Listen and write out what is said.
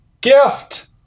gift